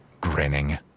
grinning